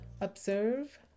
observe